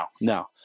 no